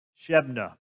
Shebna